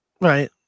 Right